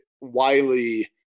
Wiley